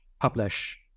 publish